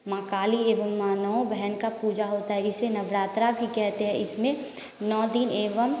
माँ काली एवं माँ नौ बहन का पूजा होता है इसे नवरात्रा भी कहते हैं इसमें नौ दिन एवं